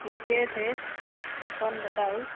ठीके छै अपन बताउ